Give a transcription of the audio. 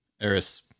Eris